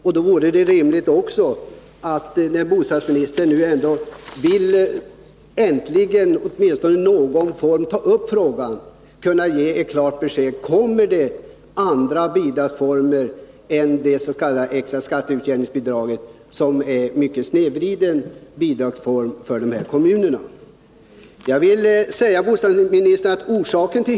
Och då vore det rimligt — när nu bostadsministern äntligen vill ta upp frågan i någon form -— att få klart besked: Kommer det andra bidragsformer än det s.k. extra skatteutjämningsbidraget, som är en mycket snedvriden bidragsform för dessa kommuner?